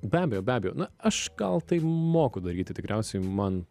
be abejo be abejo na aš gal tai moku daryti tikriausiai man